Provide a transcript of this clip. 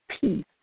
peace